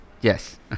Yes